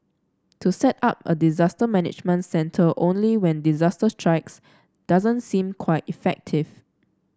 to set up a disaster management centre only when disaster strikes doesn't seem quite effective